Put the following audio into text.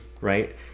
right